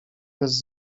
bez